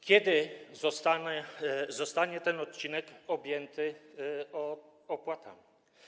Kiedy zostanie ten odcinek objęty opłatami?